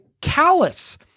callous